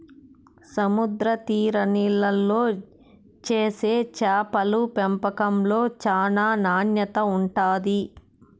సముద్ర తీర నీళ్ళల్లో చేసే చేపల పెంపకంలో చానా నాణ్యత ఉంటాది